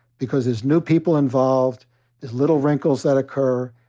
because there's new people involved, there's little wrinkles that occur.